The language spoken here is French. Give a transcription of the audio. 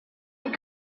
les